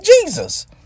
jesus